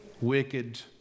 wicked